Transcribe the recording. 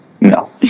no